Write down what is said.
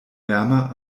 wärmer